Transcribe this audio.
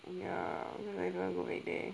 ya I don't want to go like that